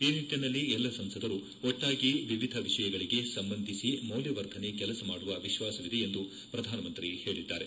ಈ ನಿಟ್ಟಿನಲ್ಲಿ ಎಲ್ಲ ಸಂಸದರು ಒಟ್ಟಾಗಿ ವಿವಿಧ ವಿಷಯಗಳಿಗೆ ಸಂಬಂಧಿಸಿ ಮೌಲ್ಯವರ್ಧನೆ ಕೆಲಸ ಮಾಡುವ ವಿಶ್ವಾಸವಿದೆ ಎಂದು ಪ್ರಧಾನಮಂತ್ರಿ ಹೇಳಿದ್ದಾರೆ